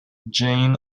jan